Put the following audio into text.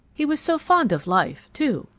he was so fond of life, too.